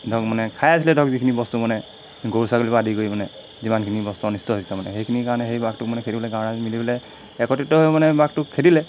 ধৰক মানে খাই আছিলে ধৰক যিখিনি বস্তু মানে গৰু ছাগলীৰপৰা আদি কৰি মানে যিমানখিনি বস্তু অনিষ্ট হৈছিলে মানে সেইখিনি কাৰণে সেই বাঘটো মানে খেদিবলৈ কাৰণে মিলি পেলাই একত্ৰিত হৈ মানে বাঘটো খেদিলে